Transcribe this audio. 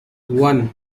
one